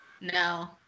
No